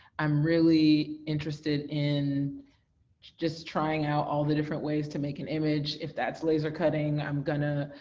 i'm really interested in just trying out all the different ways to make an image, if that's laser cutting, i'm gonna.